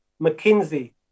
McKinsey